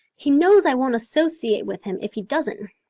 he knows i won't associate with him if he doesn't.